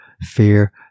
Fear